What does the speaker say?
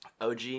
OG